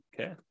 Okay